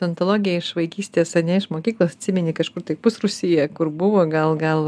odontologija iš vaikystės ane iš mokyklos atsimeni kažkur tai pusrūsyje kur buvo gal gal